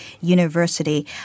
University